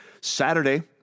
Saturday